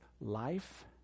life